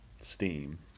steam